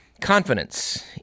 confidence